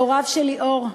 להוריו של ליאור,